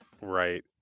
right